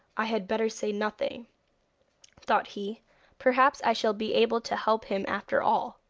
i had better say nothing thought he perhaps i shall be able to help him after all